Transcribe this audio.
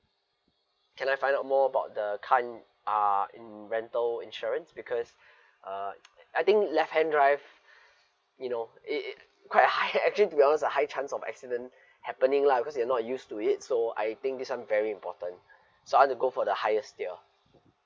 can I find out more about the car in uh in rental insurance because uh I think left hand drive you know it it quite high actually to be honest lah high chance of accident happening lah because we're not used to it so I think this one very important so I want to go for the highest tier